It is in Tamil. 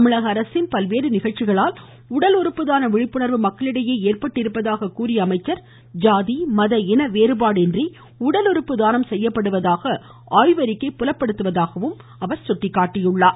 தமிழக அரசின் பல்வேறு நிகழ்ச்சிகளால் உடல் உறுப்பு தான விழிப்புணர்வு மக்களிடையே ஏற்பட்டிருப்பதாக கூறிய அவர் சாதி மத இன வேறுபாடின்றி உடல் உறுப்பு தானம் செய்யப்படுவதாக ஆய்வறிக்கை புலப்படுத்துவதாகவும் அவர் குறிப்பிட்டார்